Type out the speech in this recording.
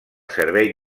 servei